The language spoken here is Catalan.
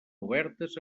obertes